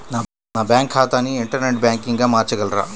నా బ్యాంక్ ఖాతాని ఇంటర్నెట్ బ్యాంకింగ్గా మార్చగలరా?